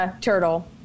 turtle